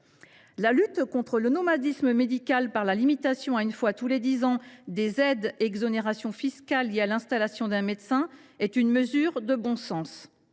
La lutte contre le nomadisme médical, par la limitation à une fois tous les dix ans des aides et exonérations fiscales liées à l’installation, est une mesure de bon sens.